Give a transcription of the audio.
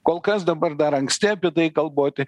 kol kas dabar dar anksti apie tai kalboti